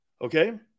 Okay